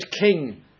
king